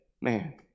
man